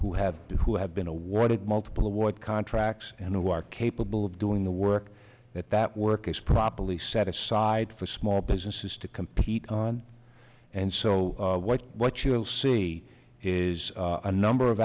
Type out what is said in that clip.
who have been who have been awarded multiple award contracts and who are capable of doing the work that that work is properly set aside for small businesses to compete on and so what what you'll see is a number of